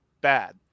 bad